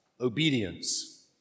obedience